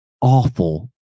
awful